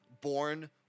born